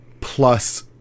plus